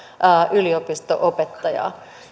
yliopisto opettajaa